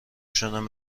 شدن